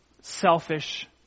Selfish